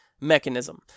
mechanism